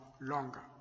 longer